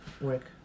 work